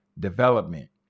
Development